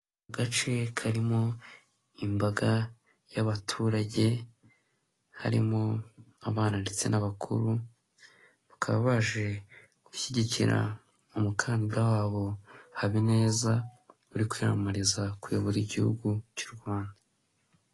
Mu gace karimo imbaga y'abaturage, harimo abana ndetse n'abakuru, bakaba baje gushyigikira umukandida wabo Habineza uri kwiyamamariza kuyobora igihugu cy'u Rwanda.